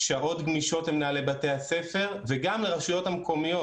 שעות גמישות למנהלי בתי הספר וגם לרשויות המקומיות.